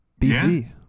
BC